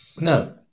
No